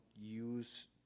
use